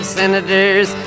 senators